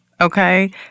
okay